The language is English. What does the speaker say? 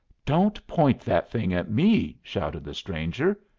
don't point that thing at me! shouted the stranger.